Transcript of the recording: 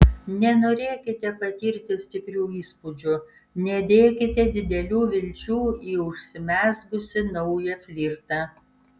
nenorėkite patirti stiprių įspūdžių nedėkite didelių vilčių į užsimezgusį naują flirtą